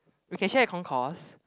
we can share concourse